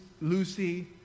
Lucy